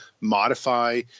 modify